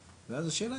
שהסבנו.